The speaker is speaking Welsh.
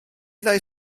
ddau